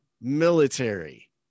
military